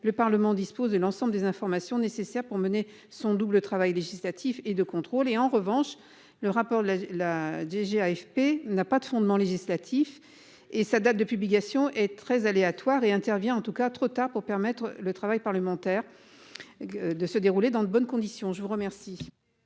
Le Parlement dispose et l'ensemble des informations nécessaires pour mener son double travail législatif et de contrôle et en revanche, le rapport de la la DG AFP n'a pas de fondement législatif et ça date de publication est très aléatoire et intervient en tout cas trop tard pour permettre le travail parlementaire. De se dérouler dans de bonnes conditions je vous remercie.--